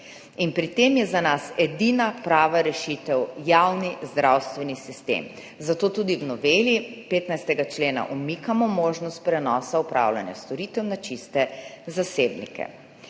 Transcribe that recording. Pri tem je za nas edina prava rešitev javni zdravstveni sistem. Zato tudi v noveli 15. člena umikamo možnost prenosa opravljanja storitev na čiste zasebnike.